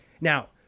Now